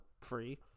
free